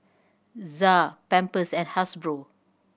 ZA Pampers and Hasbro